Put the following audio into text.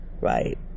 right